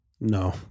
No